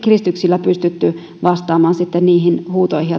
kiristyksillä pystytty vastaamaan huutoihin